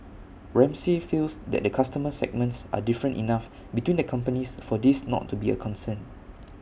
Ramsay feels that the customer segments are different enough between the companies for this not to be A concern